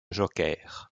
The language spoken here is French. joker